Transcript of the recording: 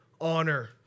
honor